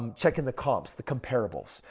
and checking the comps. the comparables.